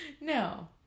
No